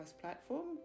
platform